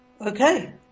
Okay